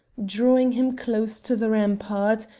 drawing him close to the rampart,